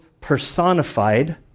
personified